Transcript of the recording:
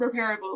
repairable